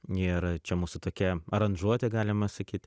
ir čia mūsų tokia aranžuotė galima sakyt